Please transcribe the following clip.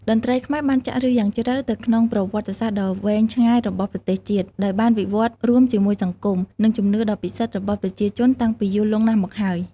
តន្ត្រីខ្មែរបានចាក់ឫសយ៉ាងជ្រៅទៅក្នុងប្រវត្តិសាស្ត្រដ៏វែងឆ្ងាយរបស់ប្រទេសជាតិ ដោយបានវិវត្តន៍រួមជាមួយសង្គម និងជំនឿដ៏ពិសិដ្ឋរបស់ប្រជាជនតាំងពីយូរលង់ណាស់មកហើយ។